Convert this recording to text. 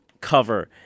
cover